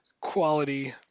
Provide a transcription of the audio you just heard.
quality